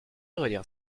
redire